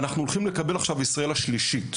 אנחנו עומדים לקבל עכשיו ישראל השלישית.